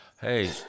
Hey